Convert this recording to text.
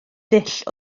ddull